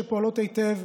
שפועלות היטב,